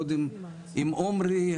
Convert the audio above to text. קודם עם עומרי,